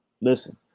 Listen